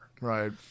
Right